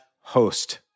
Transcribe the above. host